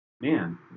man